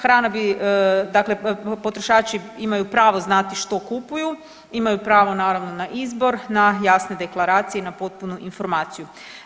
Hrana bi, dakle potrošači imaju pravo znati što kupuju, imaju pravo naravno na izbor, na jasne deklaracije i na potpunu informaciju.